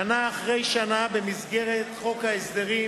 שנה אחרי שנה, במסגרת חוק ההסדרים,